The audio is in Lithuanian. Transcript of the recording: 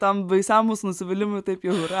tam baisiam mūsų nusivylimui taip jau yra